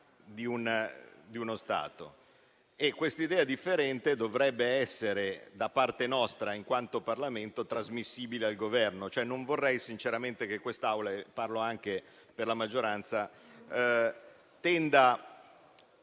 di uno Stato. Questa idea differente dovrebbe essere da parte nostra, in quanto Parlamento, trasmissibile al Governo. Non vorrei sinceramente che quest'Aula - e parlo anche per la maggioranza - tenda